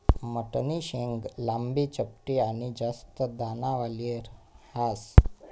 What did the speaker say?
मठनी शेंग लांबी, चपटी आनी जास्त दानावाली ह्रास